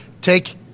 take